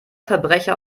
verbrecher